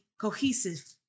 cohesive